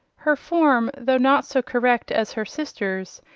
her form, though not so correct as her sister's,